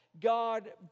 God